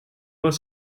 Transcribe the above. was